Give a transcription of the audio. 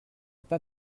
pas